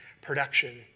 production